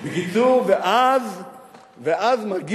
בקיצור, אז מגיע,